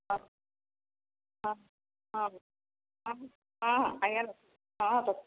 ହଁ ହଁ ହଁ ହଁ ହଁ ଆଜ୍ଞା ରହିଲି ହଁ ରଖିଲି